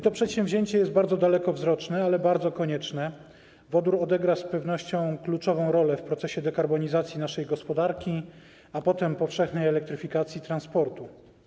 To przedsięwzięcie jest bardzo dalekowzroczne, ale konieczne - wodór odegra z pewnością kluczową rolę w procesie dekarbonizacji naszej gospodarki, a potem powszechnej elektryfikacji transportu.